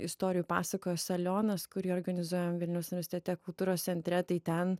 istorijų pasako salionas kurį organizuojam vilniaus universitete kultūros centre tai ten